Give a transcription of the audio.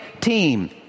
team